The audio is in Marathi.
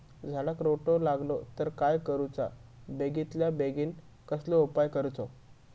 झाडाक रोटो लागलो तर काय करुचा बेगितल्या बेगीन कसलो उपाय करूचो?